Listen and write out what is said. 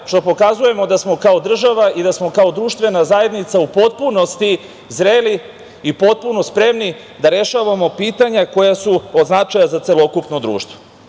što pokazujemo da smo kao država i da smo kao društvena zajednica u potpunosti zreli i potpuno spremni da rešavamo pitanja koja su od značaja za celokupno društvo.